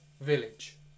village